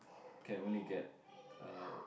can only get uh